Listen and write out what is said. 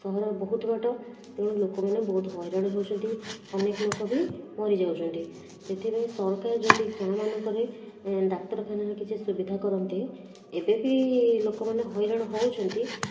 ସହର ବହୁତ ବାଟ ତେଣୁ ଲୋକମାନେ ବହୁତ ହଇରାଣ ହେଉଛନ୍ତି ଅନେକ ଲୋକ ବି ମରିଯାଉଛନ୍ତି ସେଥିପାଇଁ ସରକାର ଯଦି ଗାଁମାନଙ୍କରେ ଡାକ୍ତରଖାନାର କିଛି ସୁବିଧା କରନ୍ତେ ଏବେ ବି ଲୋକମାନେ ହଇରାଣ ହେଉଛନ୍ତି